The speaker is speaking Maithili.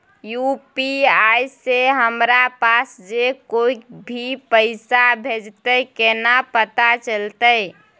यु.पी.आई से हमरा पास जे कोय भी पैसा भेजतय केना पता चलते?